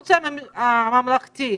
הערוץ הממלכתי,